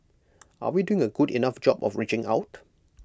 are we doing A good enough job of reaching out